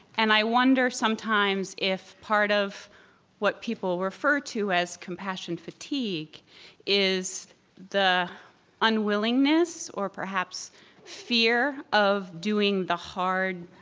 and i wonder, sometimes, if part of what people refer to as compassion fatigue is the unwillingness or perhaps fear of doing the hard,